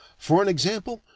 for an example,